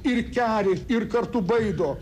ir keri ir kartu baido